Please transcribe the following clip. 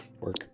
work